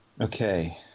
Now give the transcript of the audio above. Okay